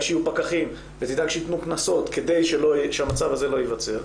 שיהיו פקחים ושיתנו קנסות כדי שהמצב הזה לא יווצר,